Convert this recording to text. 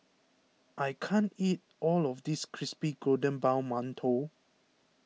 I can't eat all of this Crispy Golden Brown Mantou